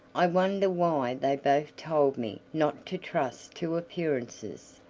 i wonder why they both told me not to trust to appearances?